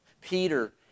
Peter